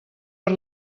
per